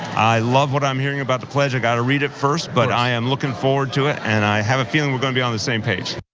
i love what i'm hearing about the pledge. i gotta read it first, but i am looking forward to it, and i have feeling we're gonna be on the same page.